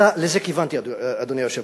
לזה כיוונתי, אדוני היושב-ראש.